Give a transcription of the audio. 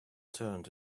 turned